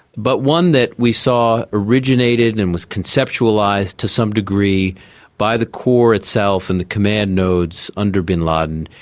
but one that we saw originated and was conceptualised to some degree by the core itself and the command nodes under bin laden,